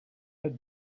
had